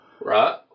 right